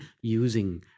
using